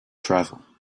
travel